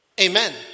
Amen